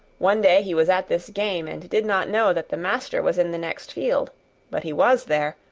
one day he was at this game, and did not know that the master was in the next field but he was there,